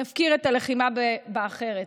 נפקיר את הלחימה האחרת,